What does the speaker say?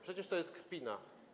Przecież to jest kpina.